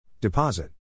Deposit